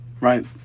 Right